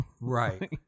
Right